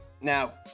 Now